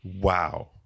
Wow